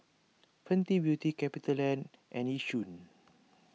Fenty Beauty CapitaLand and Yishion